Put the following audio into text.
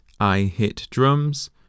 iHitDrums